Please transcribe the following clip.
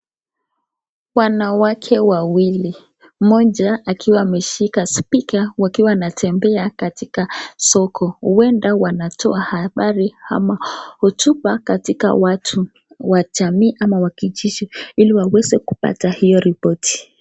Wanawake wawili moja akiwa ameshika spika wakiwa wanatembea wakiwa soko uenda wanatoa habari ama hotuba katika watu wa jamii ama kijiji hili wawese kupata ripoti.